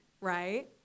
right